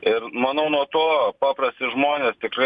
ir manau nuo to paprasti žmonės tikrai